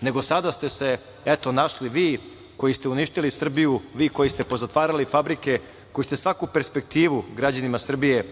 nego sada ste se, eto, našli vi koji ste uništili Srbiju, vi koji ste pozatvarali fabrike, koji ste svaku perspektivu građanima Srbije